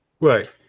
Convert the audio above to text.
right